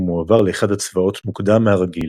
מועבר לאחד ה"צבאות" מוקדם מהרגיל.